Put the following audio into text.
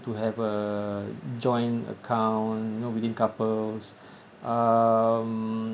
to have a joint account you know within couples um